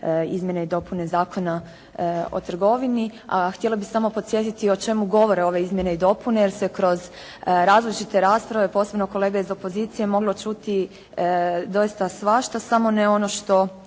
Izmjene i dopune Zakona o trgovini. A htjela bih samo podsjetiti o čemu govore ove izmjene i dopune, jer se kroz različite rasprave, posebno kolega iz opozicije, moglo čuti doista svašta samo ne ono što